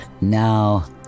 Now